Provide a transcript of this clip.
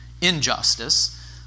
injustice